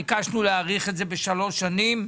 ביקשנו להאריך את זה בשלוש שנים.